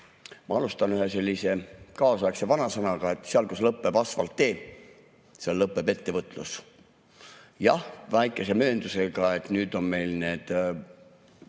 Ma alustan ühe sellise kaasaegse vanasõnaga, et seal, kus lõpeb asfalttee, seal lõpeb ettevõtlus. Jah, väikese mööndusega, et nüüd on meil